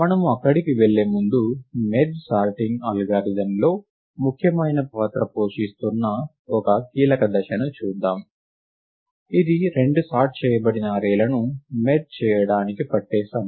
మనము అక్కడికి వెళ్ళే ముందు మెర్జ్ సార్టింగ్ అల్గారిథమ్లో ముఖ్యమైన పాత్ర పోషిస్తున్న ఒక కీలక దశను చూద్దాం ఇది రెండు సార్ట్ చేయబడిన అర్రే లను మెర్జ్ చేయడానికి పట్టే సమయం